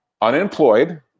unemployed